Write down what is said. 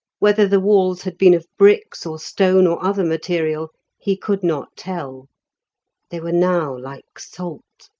whether the walls had been of bricks or stone or other material he could not tell they were now like salt.